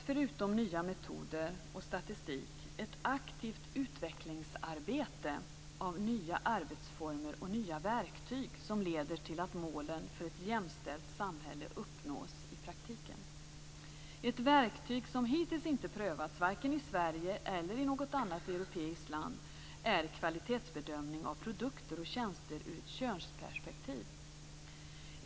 Förutom nya arbetsmetoder och statistik krävs det också ett aktivt utvecklingsarbete av nya arbetsformer och nya verktyg som leder till att målen för ett jämställt samhälle uppnås i praktiken. Ett verktyg som hittills inte prövats vare sig i Sverige eller i något annat europeiskt land är kvalitetsbedömning av produkter och tjänster ur ett könsperspektiv.